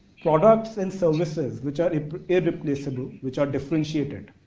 products and services, which are irreplaceable, which are differentiated.